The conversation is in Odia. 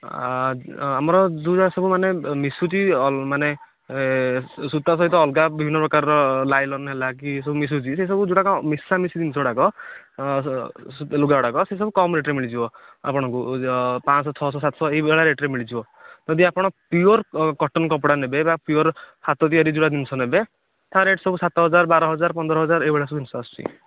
ଆମର ଯେଉଁଗୁରା ସବୁ ମାନେ ମିଶୁଛି ମାନେ ସୂତା ସହିତ ଅଲଗା ବିଭିନ୍ନ ପ୍ରକାରର ଲାଇଲନ ହେଲା କି ସବୁ ମିଶୁଛି ସେସବୁ ଗୁଡ଼ାକ ମିଶା ମିଶି ଜିନଷ ଗୁଡ଼ାକ ଲୁଗା ଗୁଡ଼ାକ ସେସବୁ କମ୍ ରେଟ୍ ରେ ମିଳି ଯିବ ଆପଣଙ୍କୁ ପାଞ୍ଚ ଶହ ଛଅ ଶହ ସାତ ଶହ ଏହି ଭଳିଆ ରେଟ୍ ରେ ସବୁ ମିଳି ଯିବ ଯଦି ଆପଣ ପିଓର କଟନ କପଡ଼ା ନେବେ ବା ପିଓର ହାତ ତିଆରି ଜିନିଷ ନେବେ ତା ରେଟ୍ ସବୁ ସାତ ହଜାର ବାର ହଜାର ପନ୍ଦର ହଜାର ଏହି ଭଳିଆ ସବୁ ଜିନିଷ ଆସୁଛି